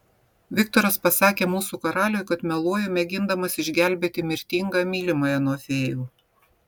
viktoras pasakė mūsų karaliui kad meluoju mėgindamas išgelbėti mirtingą mylimąją nuo fėjų